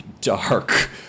dark